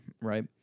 right